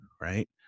right